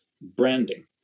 branding